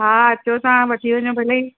हा अचो तव्हां वठी वञो भले